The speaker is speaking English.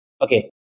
okay